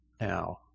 now